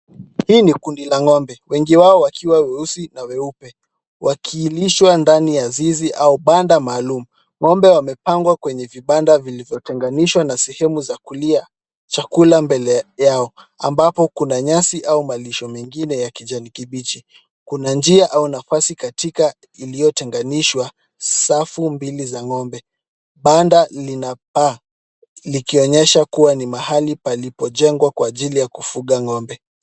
Hii ni kundi la ng'ombe. Wengi wao wakiwa weusi na weupe wakilishwa ndani ya zizi au banda maalum. Ng'ombe wamepangwa kwenye vibanda vilivyotenganishwa na sehemu za kulia chakula mbele yao ambapo kuna nyasi au malisho mengine ya kijani kibichi. Kuna njia au nafasi katikati iliyotenganishwa safu mbili za ng'ombe. Banda lina paa likionyesha kuwa ni malahi palipo jengwa kwa ajili ya kufuga ng'ombe.